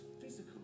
physical